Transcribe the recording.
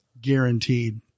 guaranteed